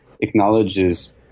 acknowledges